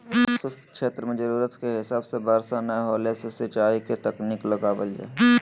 शुष्क क्षेत्र मे जरूरत के हिसाब से बरसा नय होला से सिंचाई के तकनीक लगावल जा हई